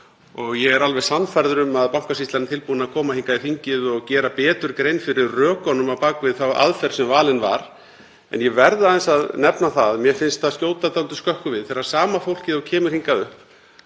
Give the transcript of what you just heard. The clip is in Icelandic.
og ég er alveg sannfærður um að Bankasýslan er tilbúin að koma hingað í þingið og gera betur grein fyrir rökunum á bak við þá aðferð sem valin var. En ég verð aðeins að nefna að mér finnst það skjóta dálítið skökku við þegar sama fólkið og kemur hingað upp